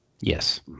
Yes